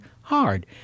hard